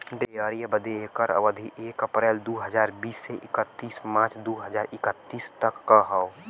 dairy बदे एकर अवधी एक अप्रैल दू हज़ार बीस से इकतीस मार्च दू हज़ार इक्कीस तक क हौ